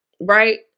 right